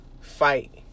fight